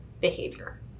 behavior